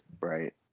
Right